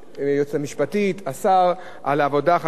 על כך שאנחנו היום יכולים להגיד שהבאנו דבר כמעט מושלם.